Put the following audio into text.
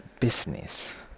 Business